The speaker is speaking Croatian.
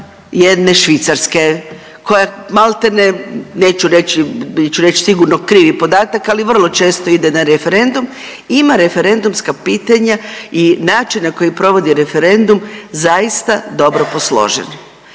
jedne Švicarske, koja je maltene, neću reći jer ću reći sigurno krivi podatak, ali vrlo često ide na referendum, ima referendumska pitanja i način na koji provodi referendum, zaista dobro posložen.